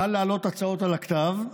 קל להעלות הצעות על הכתב,